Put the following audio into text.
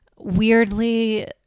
weirdly